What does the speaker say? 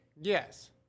Yes